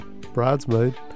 Bridesmaid